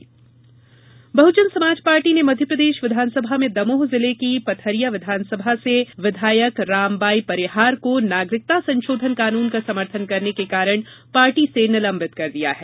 धायक निलंबित बहुजन समाज पार्टी ने मध्यप्रदेश विधानसभा में दमोह जिले की पथरिया विधानसभा से विधायक रामबाई परिहार को नागरिकता संसोधन कानुन का समर्थन करने के कारण पार्टी से निलंबित कर दिया है